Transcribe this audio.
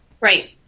Right